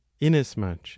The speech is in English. inasmuch